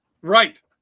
Right